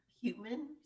human